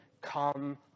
Come